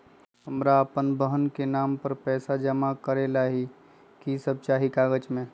हमरा अपन बहन के नाम पर पैसा जमा करे ला कि सब चाहि कागज मे?